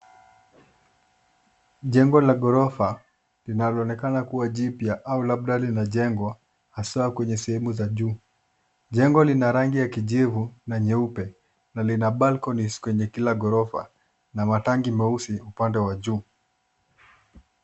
Jengo la ghorofa linaloonekana kuwa jipya au labda linajengwa haswaa kwenye sehemu za juu. jengo lina rangi ya kijivu na yeupe na lina balconies kwenye kila ghorofa na matanki meusi upande wa juu.